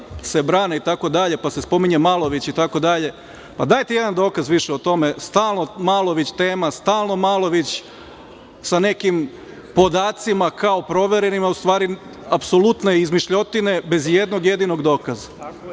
se brane itd. pa se spominje Malović itd, pa dajte jedan dokaz više o tome. Stalno Malović tema, stalno Malović sa nekim podacima kao proverenim, a u stvari apsolutne izmišljotine, bez i jednog jedinog dokaza. Malović